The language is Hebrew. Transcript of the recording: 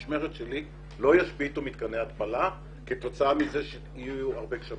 במשמרת שלי לא ישביתו מתקני התפלה כתוצאה מזה שיהיו הרבה גשמים.